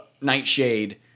Nightshade